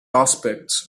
aspects